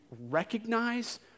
recognize